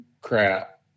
crap